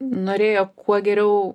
norėjo kuo geriau